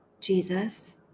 Jesus